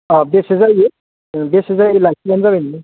अह बेसे जायो ओं बेसे जायो लाखिबानो जाबाय नों